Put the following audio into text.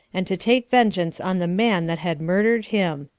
and to take vengeance on the man that had murdered him.